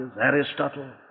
Aristotle